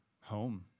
home